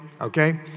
okay